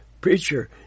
preacher